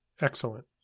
excellent